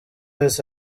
wese